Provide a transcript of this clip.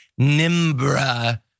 Nimbra